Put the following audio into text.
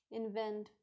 invent